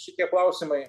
šitie klausimai